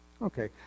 Okay